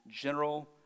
general